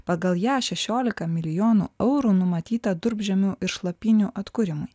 pagal ją šešioliką milijonų eurų numatyta durpžemių ir šlapynių atkūrimui